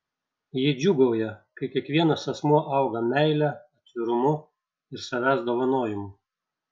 ji džiūgauja kai kiekvienas asmuo auga meile atvirumu ir savęs dovanojimu